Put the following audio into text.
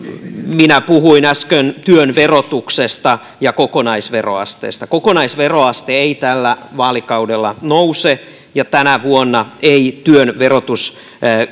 minä puhuin äsken työn verotuksesta ja kokonaisveroasteesta kokonaisveroaste ei tällä vaalikaudella nouse ja tänä vuonna ei työn verotus